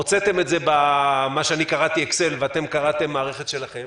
הוצאתם את זה במה שאני קראתי אקסל ואתם קראתם במערכת שלכם.